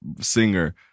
singer